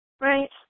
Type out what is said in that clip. right